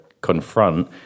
confront